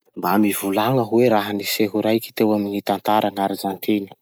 Mba mivolagna hoe raha-niseho raiky teo amy gny tantaran'Arzantiny?